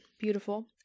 Beautiful